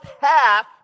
half